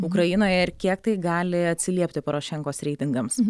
ukrainoje ir kiek tai gali atsiliepti porošenkos reitingams